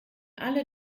alle